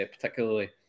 particularly